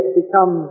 become